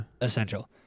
Essential